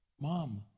Mom